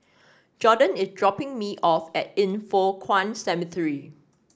Jordon is dropping me off at Yin Foh Kuan Cemetery